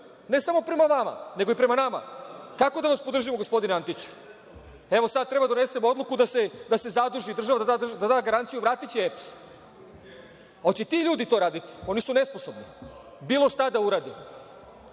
ne samo prema vama, nego i prema nama. Kako da vas podržimo, gospodine Antiću? Evo, sada treba da donesemo odluku da se zaduži država, da da garanciju, vratiće EPS. Hoće li ti ljudi to raditi? Oni su nesposobni bilo šta da urade.